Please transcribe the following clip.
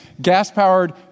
gas-powered